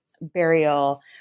burial